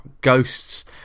ghosts